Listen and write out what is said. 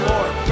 Lord